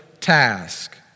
task